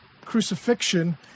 crucifixion